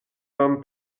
homme